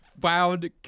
found